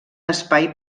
espai